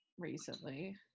recently